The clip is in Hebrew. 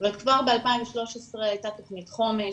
אבל כבר ב-2013 הייתה תוכנית חומש,